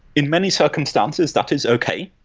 in many circumstances, that is okay,